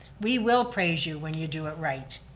we will praise you when you do it right.